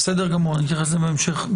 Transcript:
אני אתייחס לזה בהמשך.